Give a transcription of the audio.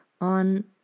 on